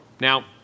Now